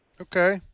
Okay